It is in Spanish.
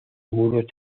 muros